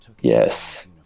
Yes